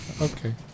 Okay